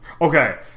okay